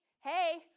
hey